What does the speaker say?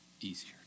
easier